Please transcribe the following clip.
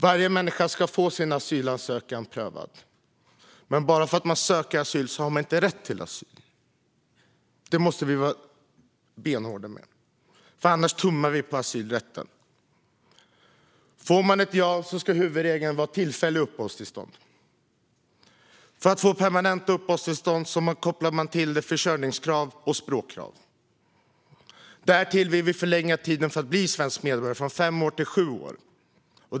Varje människa ska få sin asylansökan prövad. Men bara för att man söker asyl har man inte rätt till asyl. Det måste vi vara benhårda med. Annars tummar vi på asylrätten. Får någon ett ja ska huvudregeln vara tillfälligt uppehållstillstånd. För att få permanenta uppehållstillstånd kopplar man till försörjningskrav och språkkrav. Därtill vill vi förlänga tiden för att bli svensk medborgare från fem år till sju år.